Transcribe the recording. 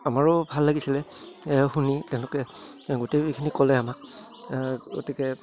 আমাৰো ভাল লাগিছিলে শুনি তেওঁলোকে গোটেই সেইখিনি ক'লে আমাক গতিকে